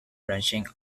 branching